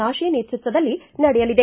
ನಾಶಿ ನೇತೃತ್ವದಲ್ಲಿ ನಡೆಯಲಿದೆ